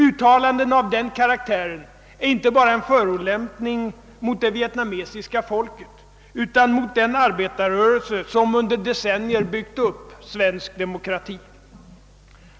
Uttalanden av den karaktären är inte bara en förolämpning mot det vietna mesiska folket utan också mot den arbetarrörelse som under decennier byggt upp svensk demokrati.